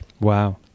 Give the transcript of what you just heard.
Wow